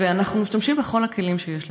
ואנחנו משתמשים בכל הכלים שיש לנו.